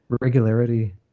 regularity